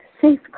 safe